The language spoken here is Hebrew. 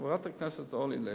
חברת הכנסת אורלי לוי,